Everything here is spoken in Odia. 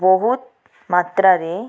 ବହୁତ ମାତ୍ରାରେ